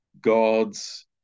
God's